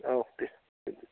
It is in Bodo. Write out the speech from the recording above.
औ दे दे